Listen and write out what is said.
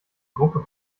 gruppe